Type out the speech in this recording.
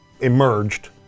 emerged